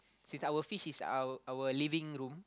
since our fish is our our living room